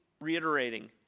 reiterating